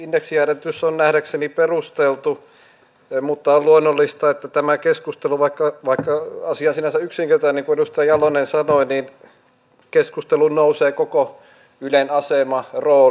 indeksijäädytys on nähdäkseni perusteltu mutta on luonnollista että tähän keskusteluun vaikka asia on sinänsä yksinkertainen niin kuin edustaja jalonen sanoi nousee koko ylen asema rooli